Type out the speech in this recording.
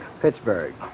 Pittsburgh